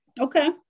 Okay